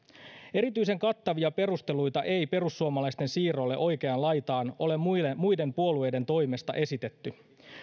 erityisen kattavia perusteluita ei perussuomalaisten siirrolle oikeaan laitaan ole muiden muiden puolueiden toimesta esitetty